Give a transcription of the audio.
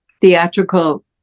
theatrical